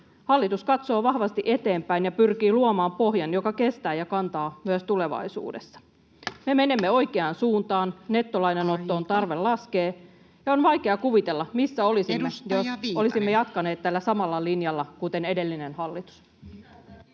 Hallitus katsoo vahvasti eteenpäin ja pyrkii luomaan pohjan, joka kestää ja kantaa myös tulevaisuudessa. Me menemme oikeaan suuntaan. [Puhemies: Aika!] Nettolainanoton tarve laskee, ja on vaikea kuvitella, missä olisimme, jos olisimme jatkaneet tällä samalla linjalla, kuten edellinen hallitus.